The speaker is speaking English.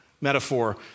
metaphor